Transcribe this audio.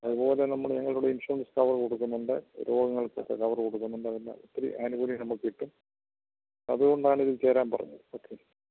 അതു പോലെ നമ്മൾ ഞങ്ങളിവിടെ ഇൻഷുറൻസ് കവർ കൊടുക്കുന്നുണ്ട് രോഗങ്ങൾക്കൊക്കെ കവർ കൊടുക്കുന്നുണ്ട് അതെല്ലാം ഒത്തിരി ആനുകൂല്യം നമുക്ക് കിട്ടും അതു കൊണ്ടാണിതിൽ ചേരാൻ പറഞ്ഞത് ഓക്കെ